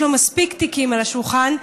יש לו מספיק תיקים על השולחן,